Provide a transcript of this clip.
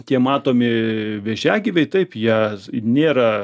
tie matomi vėžiagyviai taip jie nėra